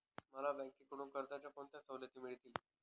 मला बँकेकडून कर्जाच्या कोणत्या सवलती मिळतील?